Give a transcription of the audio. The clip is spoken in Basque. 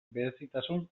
berezitasun